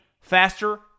faster